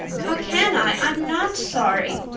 how can i? i'm not sorry.